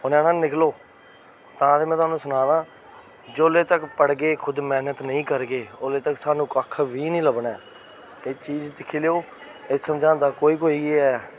उनें आक्खना निकलो तां गै में थुआनू सना दां जुल्लै तक पढ़गे खुद मेह्नत नेईं करगे उसले तक सानू कक्ख नी लब्भना ऐ एह् चीज दिक्खी लेएओ एह् समझांदा कोई कोई गै ऐ